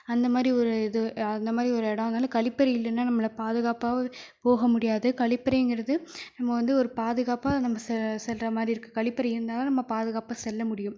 அந்த மாரி ஒரு இது அந்த மாரி ஒரு இடம் அதனால் கழிப்பறை இல்லேன்னா நம்மள பாதுகாப்பாக போக முடியாது கழிப்பறைங்கிறது நம்ம வந்து ஒரு பாதுகாப்பாக நம்ப செ செல்லுற மாதிரி இருக்கு கழிப்பறை இருந்தால் தான் நம்ம பாதுகாப்பாக செல்ல முடியும்